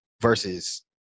versus